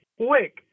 quick